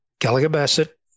Gallagher-Bassett